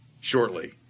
shortly